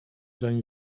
zanim